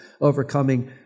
overcoming